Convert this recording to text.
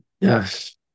Yes